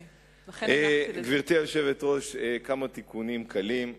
גברתי היושבת-ראש, כמה תיקונים קלים.